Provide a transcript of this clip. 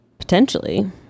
Potentially